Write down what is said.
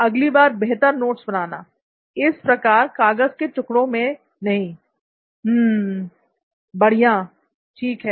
अगली बार बेहतर नोट्स बनाना इस प्रकार कागज के टुकड़ों में नहीं हम्म्म हम्म्म बढ़िया ठीक है